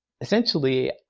essentially